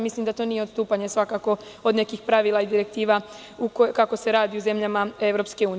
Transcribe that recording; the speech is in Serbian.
Mislim da to nije odstupanje od nekih pravila i direktiva kako se radi u zemljama EU.